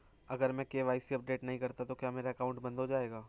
अगर मैं KYC update नहीं करता तो क्या मेरा अकाउंट बंद हो जाएगा?